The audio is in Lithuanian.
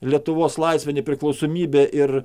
lietuvos laisvę nepriklausomybę ir